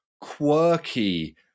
quirky